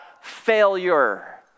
failure